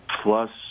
plus